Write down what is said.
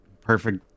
perfect